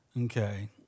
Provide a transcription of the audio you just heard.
Okay